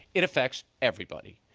it affects everybody,